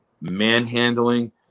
manhandling